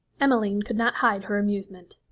emmeline could not hide her amusement.